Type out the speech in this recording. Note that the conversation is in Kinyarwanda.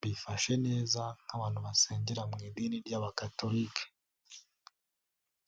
Bifashe neza nk'abantu basengera mu idini ry'aba Catholic.